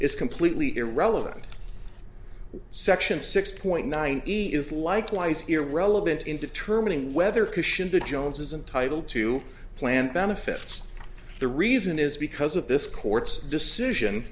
is completely irrelevant section six point nine is likewise irrelevant in determining whether couche in the jones is entitle to plan benefits the reason is because of this court's decision